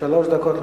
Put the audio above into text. חמש דקות.